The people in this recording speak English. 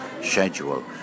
schedule